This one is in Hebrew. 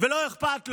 ולא אכפת לו.